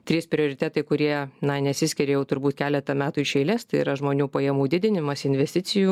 trys prioritetai kurie na nesiskiria jau turbūt keletą metų iš eilės tai yra žmonių pajamų didinimas investicijų